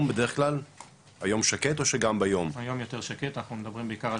היום כנגד אותם,